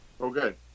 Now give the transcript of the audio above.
Okay